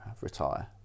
retire